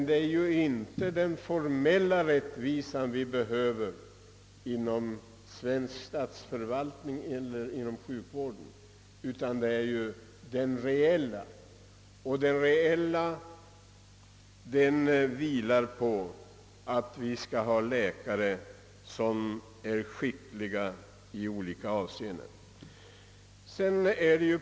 Det är emellertid inte formell utan reell rättvisa som behövs inom sjukvården. Och den reella rättvisan innebär att vi skall ha skickliga läkare.